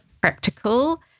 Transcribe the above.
practical